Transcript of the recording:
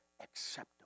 acceptable